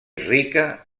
rica